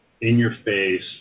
in-your-face